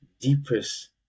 deepest